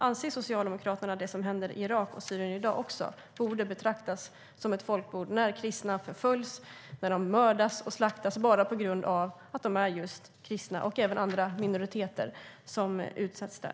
Anser Socialdemokraterna att det som händer i dag i Irak och Syrien också borde betraktas som ett folkmord? Kristna förföljs, mördas och slaktas enbart på grund av att de är just kristna. Även andra minoriteter utsätts där.